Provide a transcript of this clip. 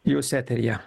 jūs eteryje